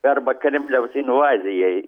arba kremliaus invazijai